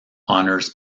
honors